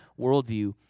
worldview